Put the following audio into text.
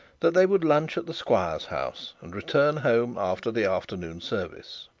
that they would lunch at the squire's house, and return home after the afternoon service.